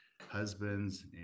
husbands